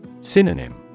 Synonym